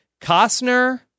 Costner